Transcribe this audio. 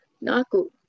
naku